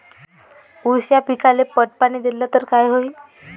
ऊस या पिकाले पट पाणी देल्ल तर काय होईन?